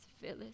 Phyllis